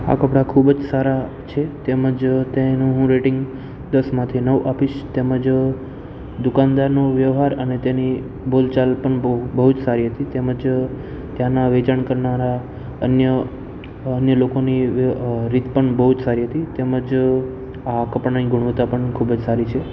આ કપડા ખુબજ સારા છે તેમજ તેનું હું રેટિંગ દસમાંથી નવ આપીશ તેમજ દુકાનદારનો વ્યવહાર અને તેની બોલચાલ પણ બહુ બહુ જ સારી હતી તેમજ ત્યાંના વેચાણ કરનારા અન્ય અન્ય લોકોની રીત પણ બહુ જ સારી હતી તેમજ આ કપડાની ગુણવત્તા પણ ખૂબ જ સારી છે